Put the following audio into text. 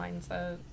mindset